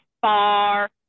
far